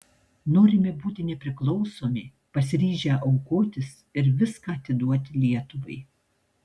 norime būti nepriklausomi pasiryžę aukotis ir viską atiduoti lietuvai